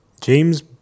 James